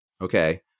Okay